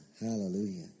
hallelujah